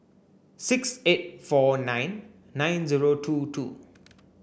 six eight four nine nine zero two two